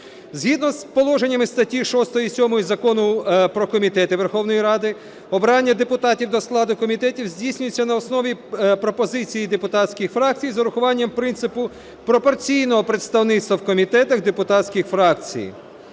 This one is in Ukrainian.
Згідно з положеннями статті 6 і 7 Закону про комітети Верховної Ради обрання депутатів до складів комітетів здійснюється на основі пропозицій депутатських фракцій з урахуванням принципу пропорційного представництва в комітетах депутатських фракцій,